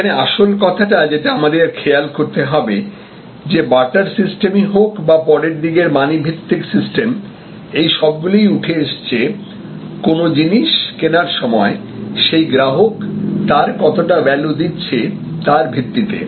এখানে আসল কথাটা যেটা আমাদের খেয়াল করতে হবে যে বার্টার সিস্টেম ই হোক বা পরের দিকের মানি ভিত্তিক সিস্টেম এই সবগুলোই উঠে এসেছে কোন জিনিস কেনার সময় সেই গ্রাহক তার কতটা ভ্যালু দিচ্ছে তার ভিত্তিতে